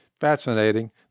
fascinating